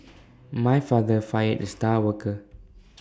my father fired the star worker